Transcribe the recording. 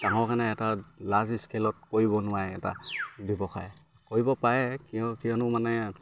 গাঁৱৰ কাৰণে এটা লাৰ্জ স্কেলত কৰিব নোৱাৰে এটা ব্যৱসায় কৰিব পাৰে কিয় কিয়নো মানে